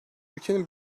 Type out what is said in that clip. ülkenin